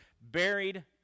buried